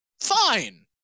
fine